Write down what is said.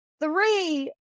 three